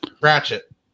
Ratchet